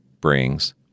brings